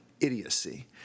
idiocy